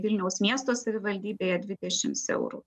vilniaus miesto savivaldybėje dvidešims eurų